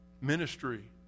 Ministry